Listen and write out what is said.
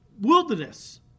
wilderness